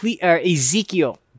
Ezekiel